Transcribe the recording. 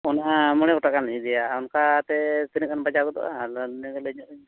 ᱚᱱᱟ ᱢᱚᱬᱮ ᱜᱚᱴᱟᱝ ᱜᱟᱱᱞᱤᱧ ᱤᱫᱤᱭᱟ ᱚᱱᱠᱟ ᱛᱮ ᱛᱤᱱᱟᱹᱜ ᱜᱟᱱ ᱵᱟᱡᱟᱣ ᱜᱚᱫᱚᱜᱼᱟ ᱟᱫᱚ ᱞᱟᱹᱭ ᱧᱚᱜ ᱟᱹᱞᱤᱧ ᱵᱮᱱ